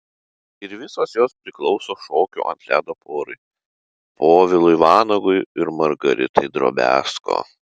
ir visos jos priklauso šokių ant ledo porai povilui vanagui ir margaritai drobiazko